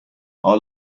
our